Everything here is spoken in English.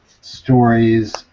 stories